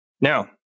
Now